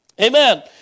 Amen